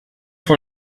vor